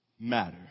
matter